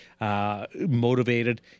motivated